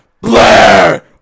Blair